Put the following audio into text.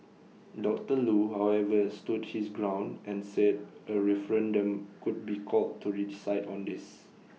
doctor Loo however stood his ground and said A referendum could be called to decide on this